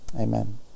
Amen